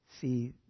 See